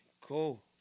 cool